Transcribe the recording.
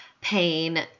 pain